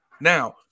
Now